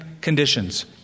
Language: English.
conditions